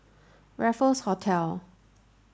Raffles Hotel